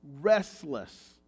restless